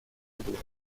midwest